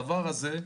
הדבר הזה,